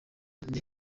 ndi